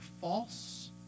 false